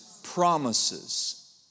promises